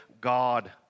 God